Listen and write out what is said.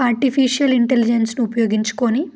artificial ఇంటెలిజెన్స్ను ఉపయోగించుకొని